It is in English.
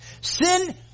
Sin